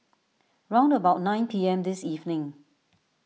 round about nine P M this evening